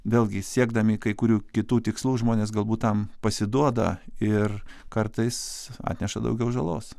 vėlgi siekdami kai kurių kitų tikslų žmonės galbūt tam pasiduoda ir kartais atneša daugiau žalos